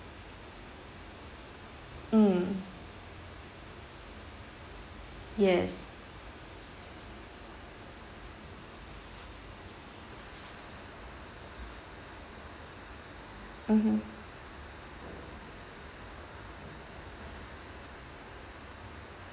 mm yes mmhmm